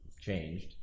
changed